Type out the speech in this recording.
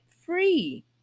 free